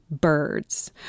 birds